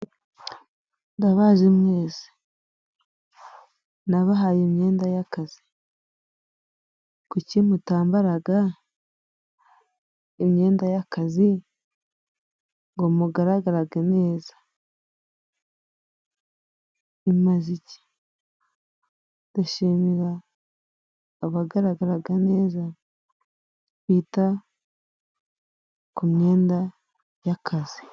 Ndabazi mwese, nabahaye imyenda y'akazi, kuki mutambaraga imyenda y'akazi ngo mugaragarage neza? bimaze iki? Ndashimira abagaragaraga neza, bita ku myenda y'akazi.